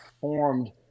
formed